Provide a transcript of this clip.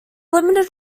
limited